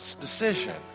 decision